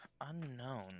Unknown